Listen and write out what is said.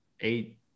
eight